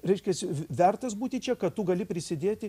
reiškiasi vertas būti čia kad tu gali prisidėti